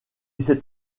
cette